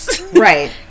Right